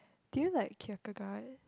do you like